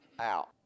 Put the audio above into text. out